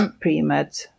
pre-med